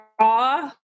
raw